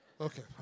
Okay